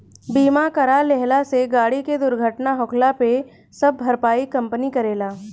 बीमा करा लेहला से गाड़ी के दुर्घटना होखला पे सब भरपाई कंपनी करेला